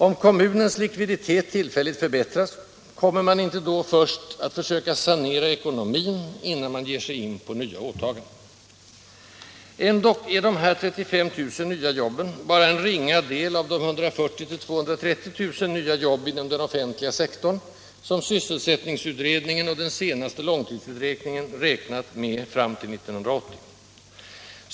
Om kommunernas likviditet tillfälligt förbättras, kommer man inte då först att försöka sanera ekonomin innan man ger sig in på nya åtaganden? Ändock är de här 35 000 nya jobben bara en ringa del av de 140 000-230 000 nya jobb inom den offentliga sektorn som sysselsättningsutredningen och den senaste långtidsutredningen räknat med fram till år 1980.